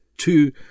two